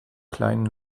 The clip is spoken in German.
kleinen